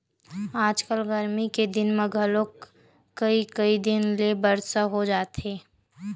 आजकल गरमी के दिन म घलोक कइ कई दिन ले बरसा हो जाथे